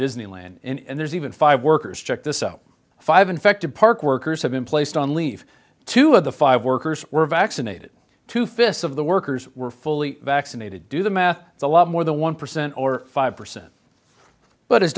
disneyland and there's even five workers checked this out five infected park workers have been placed on leave two of the five workers were vaccinated two fifths of the workers were fully vaccinated do the math it's a lot more than one percent or five percent but